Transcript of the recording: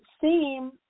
seem